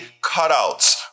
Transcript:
cutouts